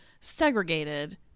segregated